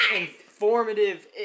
informative